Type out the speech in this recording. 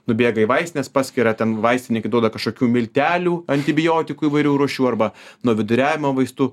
nubėga į vaistines paskiria ten vaistininkai duoda kažkokių miltelių antibiotikų įvairių rūšių arba nuo viduriavimo vaistų